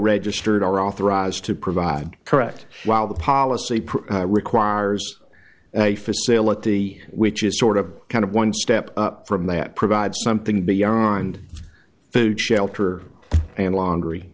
registered are authorized to provide correct while the policy requires a facility which is sort of kind of one step up from that provide something beyond food shelter and l